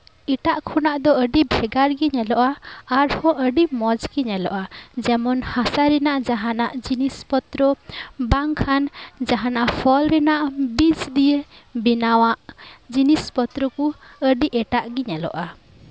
ᱮᱴᱟᱜ ᱠᱷᱚᱱᱟᱜ ᱫᱚ ᱟᱹᱰᱤ ᱵᱷᱮᱜᱟᱨ ᱜᱮ ᱧᱮᱞᱚᱜᱼᱟ ᱟᱨᱦᱚᱸ ᱟᱹᱰᱤ ᱢᱚᱸᱡᱽ ᱜᱮ ᱧᱮᱞᱚᱜᱼᱟ ᱡᱮᱢᱚᱱ ᱦᱟᱥᱟ ᱨᱮᱭᱟᱜ ᱡᱟᱦᱟᱱᱟᱜ ᱡᱤᱱᱤᱥᱯᱚᱛᱨᱚ ᱵᱟᱝᱠᱷᱟᱱ ᱡᱟᱦᱟᱱᱟᱜ ᱯᱷᱚᱞ ᱨᱮᱭᱟᱜ ᱵᱤᱡ ᱫᱤᱭᱮ ᱵᱮᱱᱟᱣᱟᱜ ᱡᱤᱱᱤᱥ ᱯᱚᱛᱨᱚ ᱠᱚ ᱟᱹᱰᱤ ᱮᱴᱟᱜ ᱜᱮ ᱧᱮᱞᱚᱜᱼᱟ